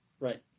Right